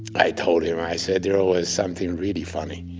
i told him. i said, there ah was something really funny.